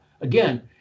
Again